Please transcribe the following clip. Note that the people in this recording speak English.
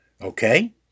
okay